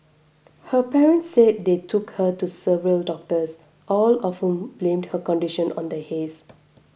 her parents said they took her to several doctors all of whom blamed her condition on the haze